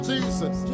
Jesus